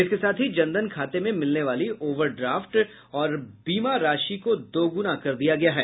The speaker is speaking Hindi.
इसके साथ ही जनधन खाते में मिलने वाली ओवर ड्राफ्ट और बीमा राशि को दोगुना कर दिया गया है